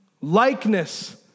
Likeness